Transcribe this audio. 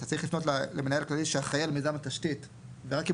שצריך לפנות למשרד שאחראי על מיזם התשתית ורק אם